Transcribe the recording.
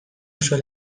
oso